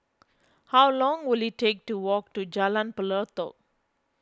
how long will it take to walk to Jalan Pelatok